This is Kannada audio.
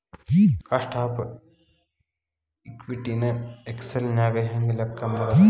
ಕಾಸ್ಟ್ ಆಫ್ ಇಕ್ವಿಟಿ ನ ಎಕ್ಸೆಲ್ ನ್ಯಾಗ ಹೆಂಗ್ ಲೆಕ್ಕಾ ಮಾಡೊದು?